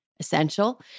essential